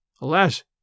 Alas